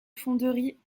fonderie